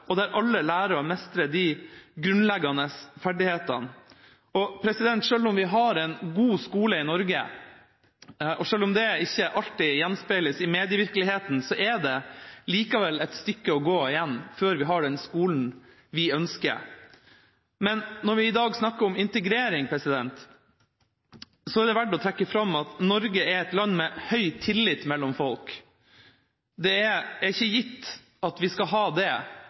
og der alle lærer å mestre de grunnleggende ferdighetene. Selv om vi har en god skole i Norge, som ikke alltid gjenspeiles i medievirkeligheten, er det likevel et stykke igjen å gå før vi har den skolen vi ønsker. Når vi i dag snakker om integrering, er det verdt å trekke fram at Norge er et land med høy tillit mellom folk. Det er ikke gitt at vi skal ha det